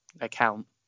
account